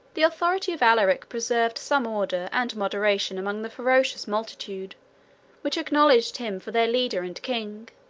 the authority of alaric preserved some order and moderation among the ferocious multitude which acknowledged him for their leader and king